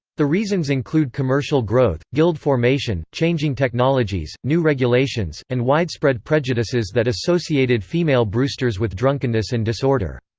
the reasons include commercial growth, gild formation, changing technologies, new regulations, and widespread prejudices that associated female brewsters with drunkenness and disorder.